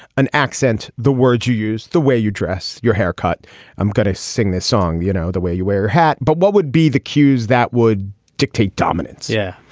an accent the words you used the way you dress your haircut i'm going to sing this song you know the way you wear your hat but what would be the cues that would dictate dominance yeah.